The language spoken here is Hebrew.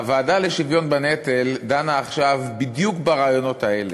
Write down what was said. הוועדה לשוויון בנטל דנה עכשיו בדיוק ברעיונות האלה,